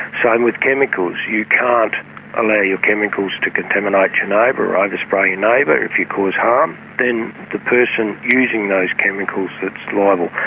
same with chemicals you can't allow your chemicals to contaminate your neighbour or overspray your neighbour. if you cause harm then it's the person using those chemicals that's liable.